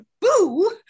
boo